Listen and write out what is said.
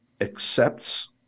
accepts